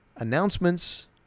Announcements